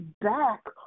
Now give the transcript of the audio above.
back